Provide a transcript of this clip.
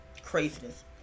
craziness